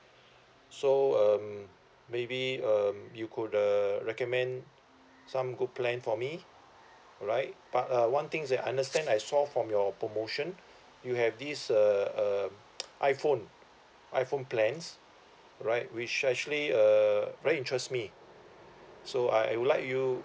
so um maybe um you could uh recommend some good plan for me alright but uh one thing is that I understand I saw from your promotion you have this uh um iphone iphone plans right which actually uh very interest me so I would like you